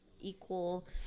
equal